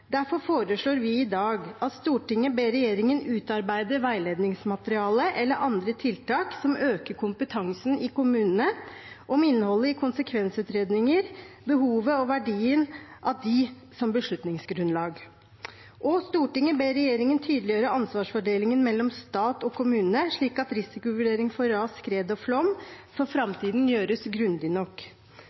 Derfor foreslår vi i dag at «Stortinget ber regjeringen utarbeide veiledningsmateriale eller andre tiltak som øker kompetansen i kommunene om innholdet i konsekvensutredninger, behovet og verdien av disse som beslutningsgrunnlag», og at «Stortinget ber regjeringen tydeliggjøre ansvarsfordelingen mellom stat og kommune slik at risikovurderinger for ras, skred og flom for fremtiden gjøres grundig nok.»